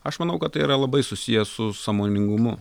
aš manau kad tai yra labai susiję su sąmoningumu